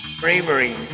Bravery